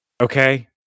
Okay